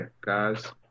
guys